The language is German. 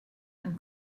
ein